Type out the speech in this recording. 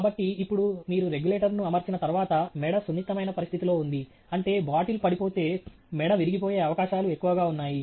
కాబట్టి ఇప్పుడు మీరు రెగ్యులేటర్ను అమర్చిన తర్వాత మెడ సున్నితమైన పరిస్థితిలో ఉంది అంటే బాటిల్ పడిపోతే మెడ విరిగిపోయే అవకాశాలు ఎక్కవగా ఉన్నాయి